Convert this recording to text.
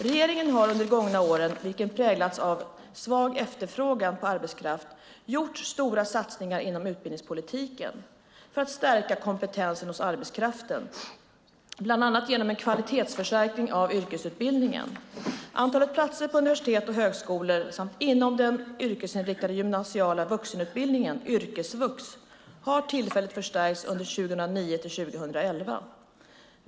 Regeringen har under de gångna åren, vilka präglats av svag efterfrågan på arbetskraft, gjort stora satsningar inom utbildningspolitiken för att stärka kompetensen hos arbetskraften, bland annat genom en kvalitetsförstärkning av yrkesutbildningen. Antalet platser på universitet och högskolor samt inom den yrkesinriktade gymnasiala vuxenutbildningen har tillfälligt förstärkts under 2009-2011.